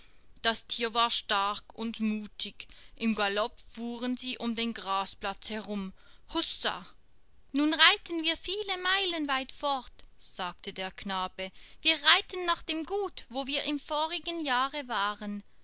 das tier war stark und mutig im galopp fuhren sie um den grasplatz herum hussa nun reiten wir viele meilen weit fort sagte der knabe wir reiten nach dem gut wo wir im vorigen jahre waren